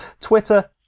Twitter